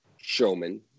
showman